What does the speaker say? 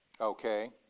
Okay